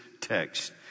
text